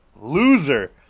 Loser